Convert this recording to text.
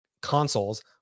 consoles